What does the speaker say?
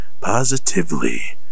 positively